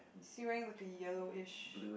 is he wearing like a yellowish